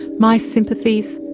my sympathies,